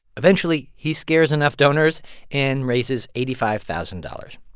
eventually, he scares enough donors and raises eighty five thousand dollars.